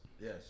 Yes